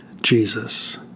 Jesus